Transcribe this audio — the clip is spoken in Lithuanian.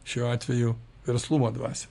šiuo atveju verslumo dvasią